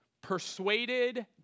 Persuaded